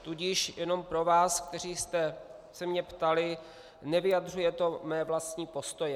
Tudíž jenom pro vás, kteří jste se mě ptali, nevyjadřuje to mé vlastní postoje.